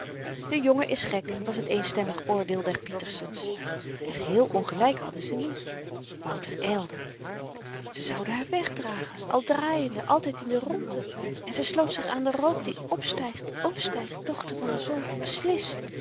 de jongen is gek was t eenstemmig oordeel der pietersens en geheel ongelyk hadden ze niet wouter ylde ze zouden haar wegdragen al draaiende altyd in de rondte en ze sloot zich aan den rook die opstygt opstygt dochter van de zon beslis